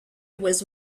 was